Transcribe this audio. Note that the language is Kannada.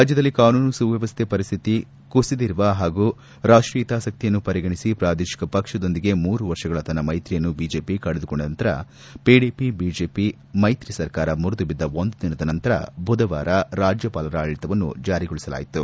ರಾಜ್ವದಲ್ಲಿ ಕಾನೂನು ಸುವ್ಚವಸ್ಥೆ ಪರಿಸ್ಥಿತಿ ಕುಸಿದಿರುವ ಹಾಗೂ ರಾಷ್ವೀಯ ಹಿತಾಸಕ್ತಿಯನ್ನು ಪರಿಗಣಿಸಿ ಪ್ರಾದೇಶಿಕ ಪಕ್ಷದೊಂದಿಗೆ ಮೂರು ವರ್ಷಗಳ ತನ್ನ ಮ್ನೆತ್ರಿಯನ್ನು ಬಿಜೆಪಿ ಕಡಿದುಕೊಂಡ ನಂತರ ಪಿಡಿಪಿ ಬಿಜೆಪಿ ಮೈತ್ರಿ ಸರ್ಕಾರ ಮುರಿದುಬಿದ್ದ ಒಂದು ದಿನದ ನಂತರ ಬುಧವಾರ ರಾಜ್ಷಪಾಲರ ಆಡಳಿತವನ್ನು ಜಾರಿಗೊಳಿಸಲಾಯಿತು